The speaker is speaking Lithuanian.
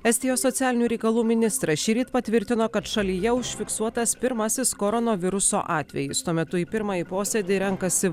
estijos socialinių reikalų ministras šįryt patvirtino kad šalyje užfiksuotas pirmasis koronaviruso atvejis tuo metu į pirmąjį posėdį renkasi